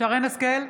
שרן מרים השכל,